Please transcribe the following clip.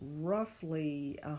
roughly